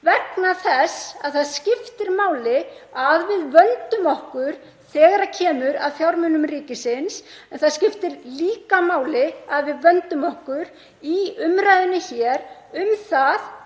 vegna þess að það skiptir máli að við vöndum okkur þegar kemur að fjármunum ríkisins. Það skiptir líka máli að við vöndum okkur í umræðunni hér um hvað